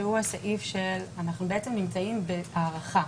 שהוא הסעיף --- אנחנו בעצם נמצאים בהארכה.